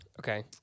okay